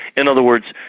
in other words,